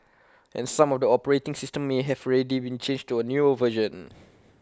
and some of the operating systems may have already been changed to A newer version